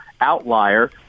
outlier